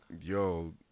Yo